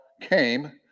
came